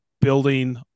building